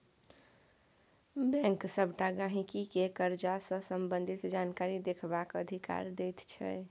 bank सबटा गहिंकी केँ करजा सँ संबंधित जानकारी देखबाक अधिकार दैत छै